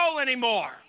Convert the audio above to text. anymore